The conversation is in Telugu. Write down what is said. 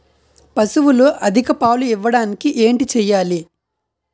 పశువులు అధిక పాలు ఇవ్వడానికి ఏంటి చేయాలి